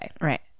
Right